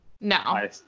No